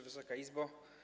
Wysoka Izbo!